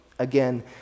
Again